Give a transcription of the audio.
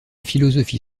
philosophie